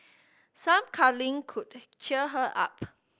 some cuddling could cheer her up